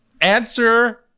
Answer